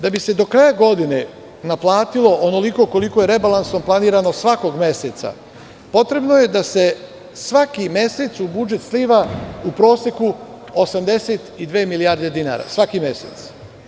Da bi se do kraja godine naplatilo onoliko koliko je rebalansom planirano svakog meseca potrebno je da se svaki mesec u budžet sliva u proseku 82 milijarde dinara svaki mesec.